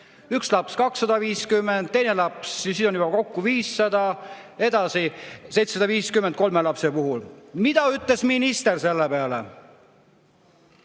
üks laps 250, teise lapse puhul on juba kokku 500, edasi 750 kolme lapse puhul. Mida ütles minister selle peale?